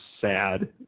sad